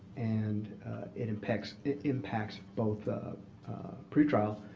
and it impacts it impacts both ah pretrial,